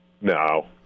No